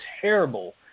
terrible